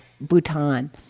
Bhutan